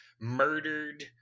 murdered